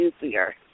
easier